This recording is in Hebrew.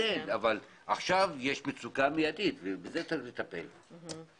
עכשיו יש מצוקה ובזה צריך לטפל מיידית.